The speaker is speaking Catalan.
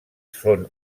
són